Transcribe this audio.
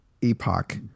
Epoch